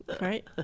Right